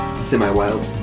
Semi-wild